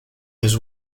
his